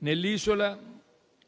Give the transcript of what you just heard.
Nell'isola